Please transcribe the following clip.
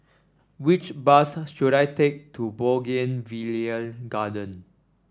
which bus should I take to Bougainvillea Garden